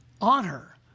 honor